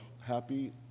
happy